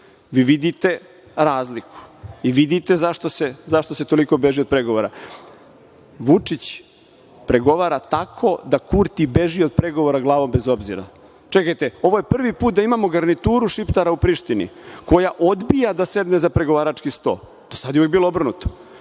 Vi vidite razliku i vidite zašto se toliko beži od pregovora. Vučić pregovara tako da Kurti beži od pregovara glavom bez obzira. Čekajte, ovo je prvi put da imamo garnituru šiptara u Prištini koja odbija da sedne za pregovarački sto. Do sada je uvek bilo obrnuto.